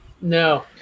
No